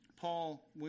Paul